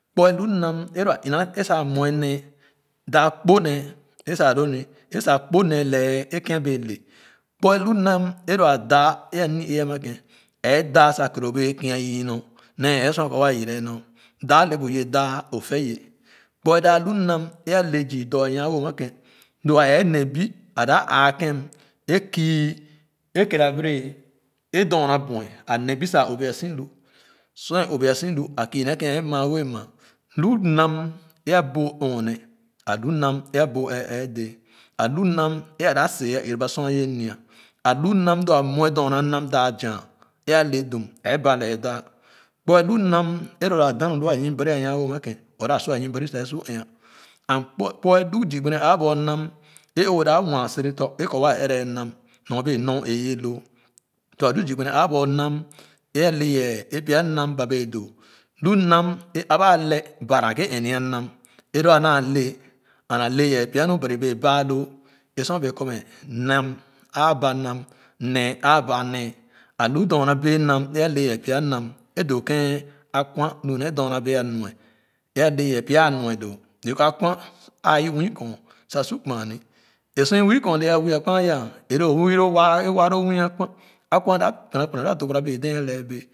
Kpue lu nam é lo a ma é sa nwe nee da kponee é sa doo nino é sa a kponee see keh a bee le kpuɛ lu nam é lo a daa ani-ee ama kèn ɛɛ daa sa kere obɛɛ kia nyorndɔ nee ɛɛ sua kɔ waa yɛrɛ yɛ nɔn daa le buyɛ daa o fɛ yɛ kpuɛ daa lo nam é ale zii otɔ a nwa-wo ama kén wa ɛɛ ne bi a da ãã kèn é kii. é kɛɛrɛ a bɛɛra a dorna bue a ne bisa bia si lu sur é obua si lu a kii ne ken ɛɛ ma wɛɛ ma lu nam é aboo ɔɔne a lo nam é boo ɛɛ ɛɛdee alu nam é dapseyah é ɛrɛ ba sor ye nya alu nam lo a muɛ dorna nam daa zien é a le dum ɛɛ ba lɛɛ daa kpuɛ in nam lo a da nu loo ayim-boni a mya. Wo ama kein o da su ayim-bari yesu sua and kpuɛ lu zii gbene a boo nam é o dap nwaa sere tɔ sa é kɔ waa ɛrɛ nam nyor bee nɔn é ye loo tua lu zii gbene a boo nam é a le yɛɛ pya nam ba bee doo lu nam aba a le ba na ghe ɛni-nii nam e loo a naa le and ale yɛ pya nu ban bee baa loo é sor bee kɔ me nam aa basam nee a ba nee alu doma bee nam é ale ye pya nam é doo kein a kwan lu nee dorna bee aluɛ é ale ye pya aluɛ doo doo kɔ a kwan aa ii nwii kɔn sa su kima nii é sor i mii kɔn le gaa wia kpan ya é loo wii lo waa lo mui akuian kwan da kpana kpana loo a tɔgara bee dee a laa bee